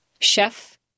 Chef